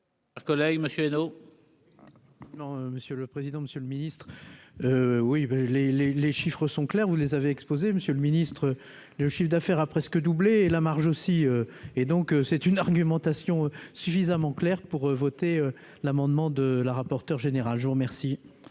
monsieur le président, Monsieur le Ministre, oui les, les, les chiffres sont clairs, vous les avez exposé, Monsieur le Ministre, le chiffre d'affaires a presque doublé la marge aussi et donc c'est une argumentation suffisamment clair pour voter l'amendement de la rapporteure générale, je vous remercie.